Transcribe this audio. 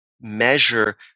measure